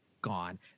Gone